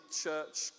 church